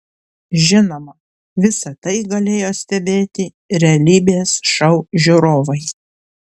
žinoma visa tai galėjo stebėti realybės šou žiūrovai